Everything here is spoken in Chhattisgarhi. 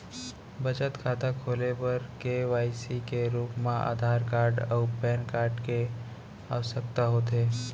बचत खाता खोले बर के.वाइ.सी के रूप मा आधार कार्ड अऊ पैन कार्ड के आवसकता होथे